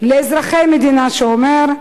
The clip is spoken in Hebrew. לאזרחי המדינה, שאומר: